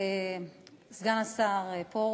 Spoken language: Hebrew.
סגן השר פרוש,